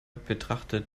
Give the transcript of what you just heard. betrachtet